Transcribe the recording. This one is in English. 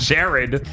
Jared